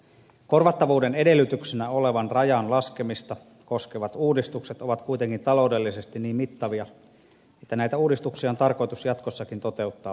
korvattavuuden edellytyksenä olevan rajan laskemista koskevat uudistukset ovat kuitenkin taloudellisesti niin mittavia että näitä uudistuksia on tarkoitus jatkossakin toteuttaa vaiheittain